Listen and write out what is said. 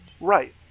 Right